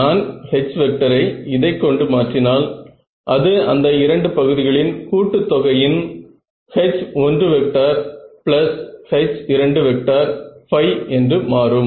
நான் H ஐ இதை கொண்டு மாற்றினால் அது அந்த இரண்டு பகுதிகளின் கூட்டுத் தொகையின் H1H2 என்று மாறும்